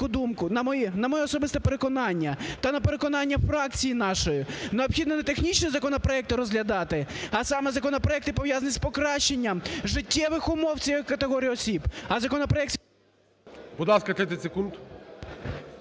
на моє особисте переконання та на переконання фракції нашої, необхідно не технічні законопроекти розглядати, а саме законопроекти, пов'язані з покращенням життєвих умов цієї категорії осіб.